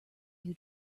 who